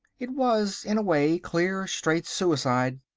it was, in a way, clear, straight suicide,